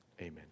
amen